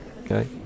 Okay